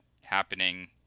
happening